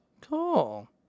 Cool